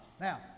Now